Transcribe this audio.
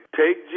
take